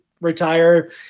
retire